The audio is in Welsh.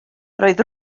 roedd